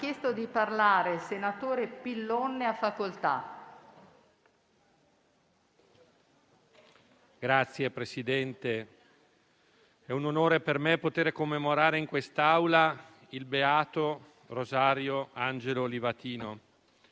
Signor Presidente, è un onore per me poter commemorare in quest'Aula il beato Rosario Angelo Livatino.